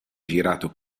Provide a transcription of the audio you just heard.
girato